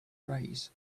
rays